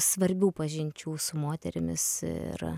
svarbių pažinčių su moterimis ir